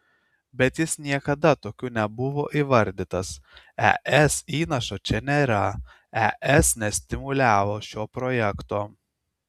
bet jis niekada tokiu nebuvo įvardytas es įnašo čia nėra es nestimuliavo šio projekto